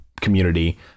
community